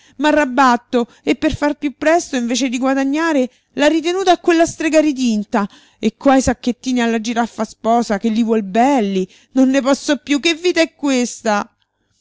vedete m'arrabatto e per far più presto invece di guadagnare la ritenuta a quella strega ritinta e qua i sacchettini alla giraffa sposa che li vuol belli non ne posso più che vita è questa